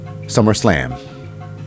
SummerSlam